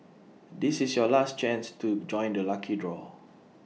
this is your last chance to join the lucky draw